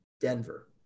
Denver